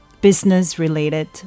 business-related